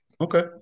Okay